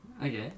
Okay